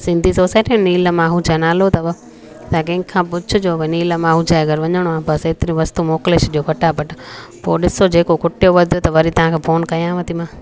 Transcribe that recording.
Sindhi society Neelam Ahuja नालो अथव तव्हां कंहिं खां पुछिजो भई नीलम आहूजा जे घर वञिणो आहे बसि हेतिरी वस्तू मोकिले छॾिजो फटाफट पोइ ॾिसो जेको खुटियो वधियो त वरी तव्हांखे फोन कयांव थी मां